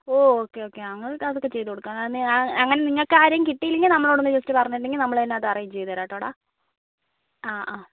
ഓ okay okay ഞങ്ങൾ അതൊക്കെ ചെയ്തു കൊടുക്കാം അങ്ങനെ നിങ്ങൾക്ക് ആരേം കിട്ടിലെങ്കിൽ നമ്മളോട് ഒന്ന് ജസ്റ്റ് പറഞ്ഞിട്ടുണ്ടെങ്കിൽ നമ്മൾ തന്നെ അത് അറേഞ്ച് ചെയ്ത് തരാട്ടോ ഡാ ആ ആ